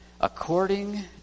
according